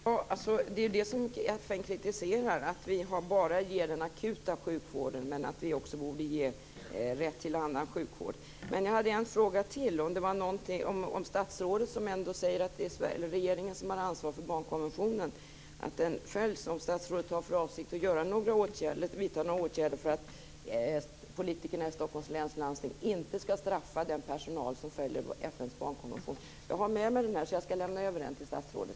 Fru talman! Det är det som FN kritiserar, att vi bara ger den akuta sjukvården. Vi borde ge dem rätt till också annan sjukvård. Jag hade en fråga till. Statsrådet säger att det är regeringen som har ansvaret för att barnkonventionen följs. Har statsrådet för avsikt att vidta några åtgärder för att politikerna i Stockholms läns landsting inte skall straffa den personal som följer FN:s barnkonvention? Jag har broschyren med mig, så jag skall lämna över den till statsrådet.